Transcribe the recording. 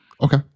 Okay